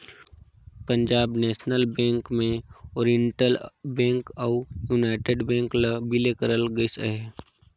Punjab national bank में oriental bank अउ united bank ल बिले करल गइस अहे